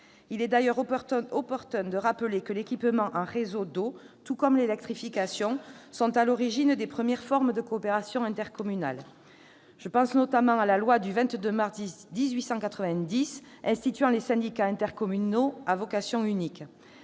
Il est d'ailleurs opportun de rappeler que l'équipement en réseaux d'eau- tout comme l'électrification -est à l'origine des premières formes de coopération intercommunale. Je pense notamment à la loi du 22 mars 1890 instituant les syndicats intercommunaux à vocation unique.